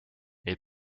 est